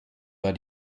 war